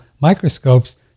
microscopes